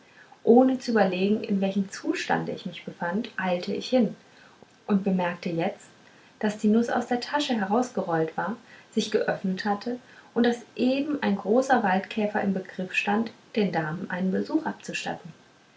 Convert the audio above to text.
ohne zu überlegen in welchem zustande ich mich befand eilte ich hin und bemerkte jetzt daß die nuß aus der tasche herausgerollt war sich geöffnet hatte und daß eben ein großer waldkäfer im begriff stand den damen einen besuch abzustatten